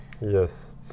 Yes